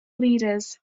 leaders